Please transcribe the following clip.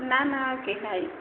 ନାଁ ନାଁ